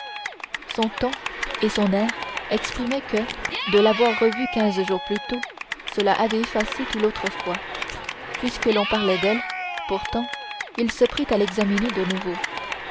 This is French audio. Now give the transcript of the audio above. son ton et son air exprimaient que de l'avoir revue quinze jours plus tôt cela avait effacé tout l'autrefois puisque l'on parlait d'elle pourtant il se prit à l'examiner de nouveau